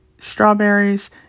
strawberries